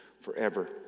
forever